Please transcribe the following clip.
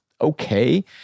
okay